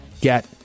get